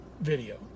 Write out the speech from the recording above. video